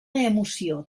emoció